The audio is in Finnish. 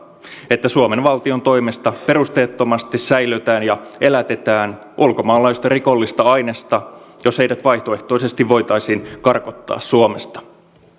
että suomen valtion toimesta perusteettomasti säilötään ja elätetään ulkomaalaista rikollista ainesta jos heidät vaihtoehtoisesti voitaisiin karkottaa suomesta